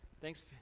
thanks